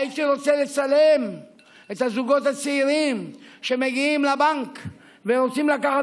הייתי רוצה לצלם את הזוגות הצעירים שמגיעים לבנק ורוצים לקחת